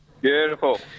Beautiful